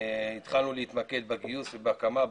התחלנו להתמקד בגיוס ובהקמה,